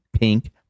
pink